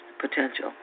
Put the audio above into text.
potential